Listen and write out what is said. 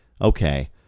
okay